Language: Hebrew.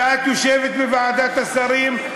ואת יושבת בוועדת השרים,